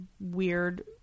weird